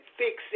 fix